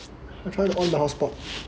I try to on the hotspot